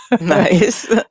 nice